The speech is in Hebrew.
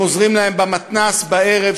הם עוזרים להם במתנ"ס בערב,